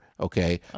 okay